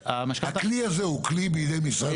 הכלי הזה הוא כלי בידי משרד השיכון?